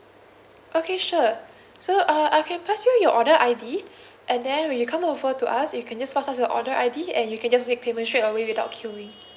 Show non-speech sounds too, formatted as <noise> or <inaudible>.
okay sure <breath> so uh I can pass you your order I_D <breath> and then when you come over to us you can just pass us your order I_D and you can make payment straight away without queuing